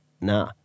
nah